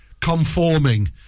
conforming